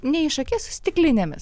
ne iš akies stiklinėmis